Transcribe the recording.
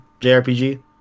jrpg